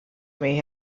may